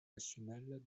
national